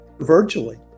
virtually